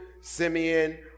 Simeon